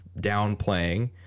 downplaying